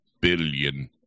billion